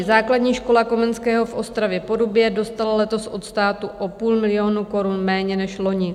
Základní škola Komenského v OstravěPorubě dostala letos od státu o půl milionu korun méně než loni.